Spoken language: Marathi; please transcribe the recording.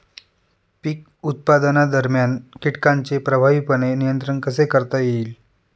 पीक उत्पादनादरम्यान कीटकांचे प्रभावीपणे नियंत्रण कसे करता येईल?